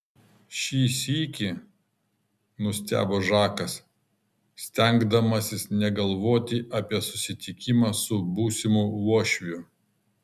šį sykį nustebo žakas stengdamasis negalvoti apie susitikimą su būsimu uošviu